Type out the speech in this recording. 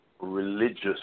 religious